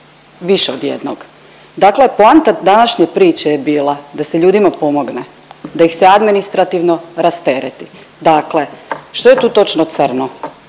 više od jednog. Dakle poanta današnje priče je bila da se ljudima pomogne, da ih se administrativno rastereti, dakle što je tu točno crno?